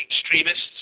extremists